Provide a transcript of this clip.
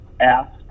asked